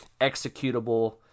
executable